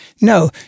No